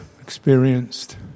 experienced